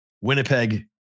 Winnipeg